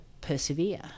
persevere